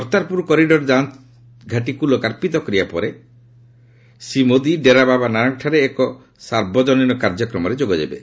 Kartarpur corridor ଯାଞ୍ ଘାଟିକୁ ଲୋକାର୍ପିତ କରିବା ପରେ ଶ୍ରୀ ମୋଦୀ ଡେରାବାବା ନାନକ ଠାରେ ଏକ ସାର୍ବଜନୀନ କାର୍ଯ୍ୟକ୍ରମରେ ଯୋଗ ଦେବେ